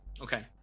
Okay